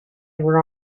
were